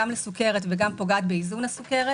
גם לסוכרת וגם פוגעת באיזון הסוכרת,